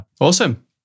Awesome